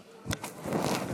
הכנסת,